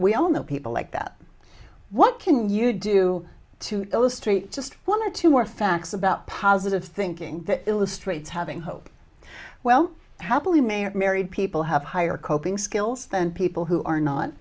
we all know people like that what can you do to illustrate just one or two more facts about positive thinking that illustrates having hope well happily may married people have higher coping skills than people who are not